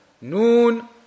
Noon